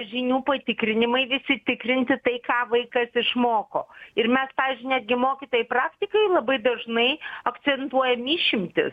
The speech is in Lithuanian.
žinių patikrinimai visi tikrinti tai ką vaikas išmoko ir mes pavyzdžiui netgi mokytojai praktikai labai dažnai akcentuojam išimtis